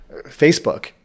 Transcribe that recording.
Facebook